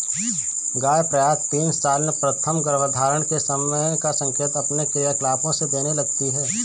गाय प्रायः तीन साल में प्रथम गर्भधारण के समय का संकेत अपने क्रियाकलापों से देने लगती हैं